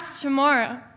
tomorrow